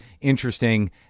interesting